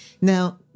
Now